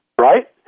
right